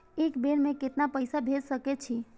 एक बेर में केतना पैसा भेज सके छी?